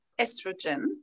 estrogen